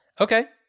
okay